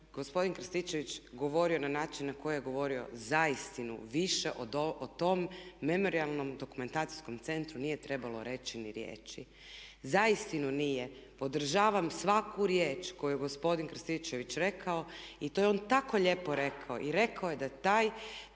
gospodin Krstičević govorio na način na koji je govorio uistinu više o tom memorijalnom dokumentacijskom centru nije trebalo riječi ni riječi. Uistinu nije, podržavam svaku riječ koju je gospodin Krstičević rekao i to je on tako lijepo rekao i rekao je da taj